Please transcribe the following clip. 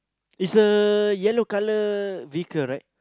is a yellow colour vehicle right